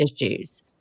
issues